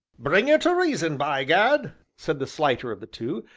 bring her to reason, by gad! said the slighter of the two,